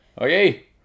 Okay